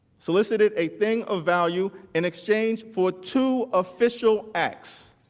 solicited a thing of value in exchange for two official acts